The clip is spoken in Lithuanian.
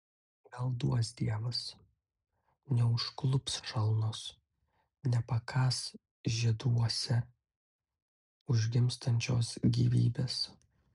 gal duos dievas neužklups šalnos nepakąs žieduose užgimstančios gyvybės